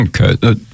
Okay